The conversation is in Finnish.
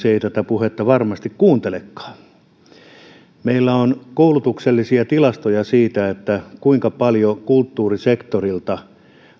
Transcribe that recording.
ei tätä puhetta varmasti kuuntelekaan tätä kuuntelisi meillä on koulutuksellisia tilastoja siitä kuinka paljon kulttuurisektorilta